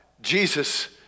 Jesus